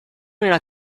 nella